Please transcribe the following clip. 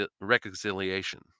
reconciliation